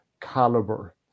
caliber